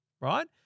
right